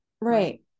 Right